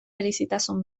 berezitasun